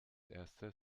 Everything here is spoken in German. erste